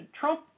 Trump